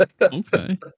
Okay